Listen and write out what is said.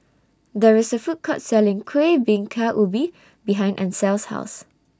There IS A Food Court Selling Kuih Bingka Ubi behind Ancel's House